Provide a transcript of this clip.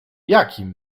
jakim